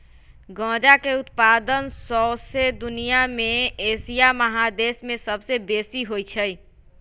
गजा के उत्पादन शौसे दुनिया में एशिया महादेश में सबसे बेशी होइ छइ